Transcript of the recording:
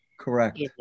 Correct